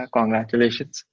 Congratulations